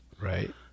Right